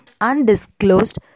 undisclosed